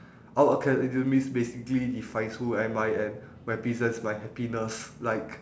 out of academics basically defines who am I and represents my happiness like